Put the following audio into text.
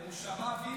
הוא שמע "וילנה"?